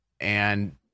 And-